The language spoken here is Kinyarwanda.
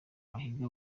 ahiga